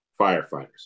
firefighters